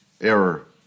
error